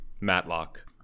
Matlock